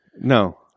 No